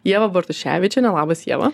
ieva bartuševičienė labas ieva